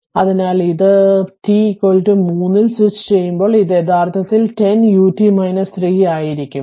അതിനാൽ ഇത് t 3 ൽ സ്വിച്ചുചെയ്യുമ്പോൾ ഇത് യഥാർത്ഥത്തിൽ 10 ut 3 ആയിരിക്കും ശരി